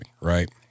right